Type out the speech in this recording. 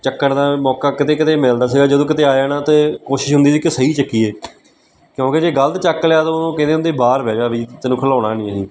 ਚੱਕਣ ਦਾ ਮੌਕਾ ਕਿਤੇ ਕਿਤੇ ਮਿਲਦਾ ਸੀਗਾ ਜਦੋਂ ਕਿਤੇ ਆ ਜਾਣਾ ਤਾਂ ਕੋਸ਼ਿਸ਼ ਹੁੰਦੀ ਸੀ ਕਿ ਸਹੀ ਚੱਕੀਏ ਕਿਉਂਕਿ ਜੇ ਗਲਤ ਚੱਕ ਲਿਆ ਤਾਂ ਉਹਨੂੰ ਕਹਿੰਦੇ ਹੁੰਦੇ ਬਾਹਰ ਬਹਿ ਜਾ ਵੀ ਤੈਨੂੰ ਖਿਡਾਉਣਾ ਨਹੀਂ ਅਸੀਂ